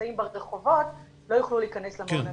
שנמצאים ברחובות לא יוכלו להיכנס למעון הזה.